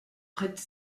prête